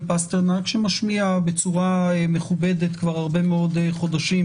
פסטרנק שמשמיע בצורה מכובדת כבר הרבה חודשים